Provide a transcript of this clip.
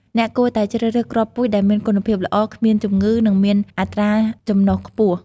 អ្នកគួរតែជ្រើសរើសគ្រាប់ពូជដែលមានគុណភាពល្អ គ្មានជំងឺ និងមានអត្រាចំណុះខ្ពស់។